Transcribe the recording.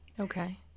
Okay